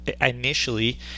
initially